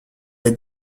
est